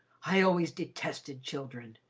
i always detested children,